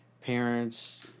parents